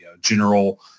general